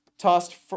tossed